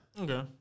Okay